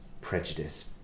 prejudice